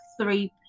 three